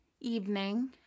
evening